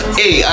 hey